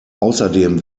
außerdem